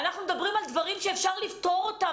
אנחנו מדברים על דברים שאפשר לפתור אותם,